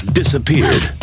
disappeared